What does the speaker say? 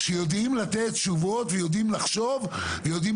כשיודעים לתת תשובות ויודעים לחשוב ויודעים